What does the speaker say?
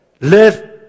live